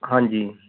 ਹਾਂਜੀ